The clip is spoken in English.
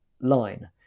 line